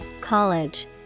college